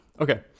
Okay